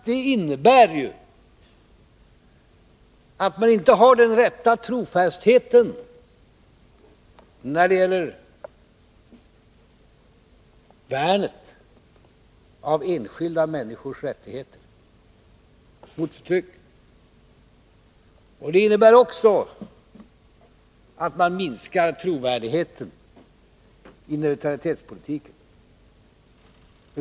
Det innebär ju att man inte har den rätta trofastheten när det gäller värnet av enskilda människors rättigheter mot förtryck, och det innebär också att man minskar trovärdigheten i neutralitetspolitiken.